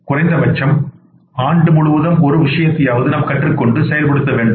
குறைந்தபட்சம் ஆண்டு முழுவதும் ஒரு விஷயத்தையாவது நாம் கற்றுக் கொண்டு செயல்படுத்த வேண்டும்